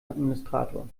administrator